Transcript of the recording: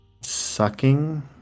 Sucking